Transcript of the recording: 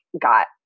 got